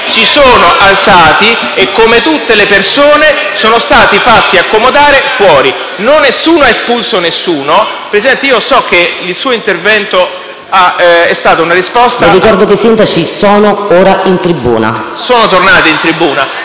si sono alzati e, come tutte le persone, sono stati fatti accomodare fuori. Nessuno ha espulso nessuno. Presidente, io so che il suo intervento è stata una risposta... PRESIDENTE. Le ricordo che i sindaci sono ora in tribuna. PERILLI *(M5S)*. Sono tornati in tribuna.